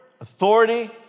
authority